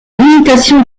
limitation